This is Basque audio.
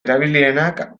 erabilienak